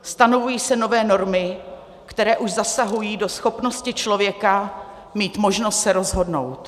Stanovují se nové normy, které už zasahují do schopnosti člověka mít možnost se rozhodnout.